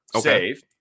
Save